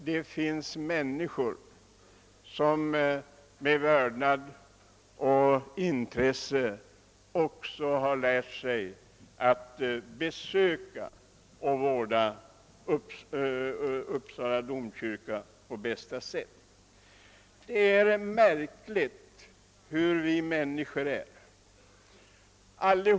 Många människor hyser stort intresse för Uppsala domkyrka, de besöker den med vördnad och försöker vårda den på bästa sätt. Det är märkligt hur vi människor är funtade.